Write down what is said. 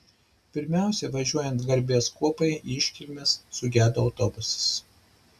pirmiausia važiuojant garbės kuopai į iškilmes sugedo autobusas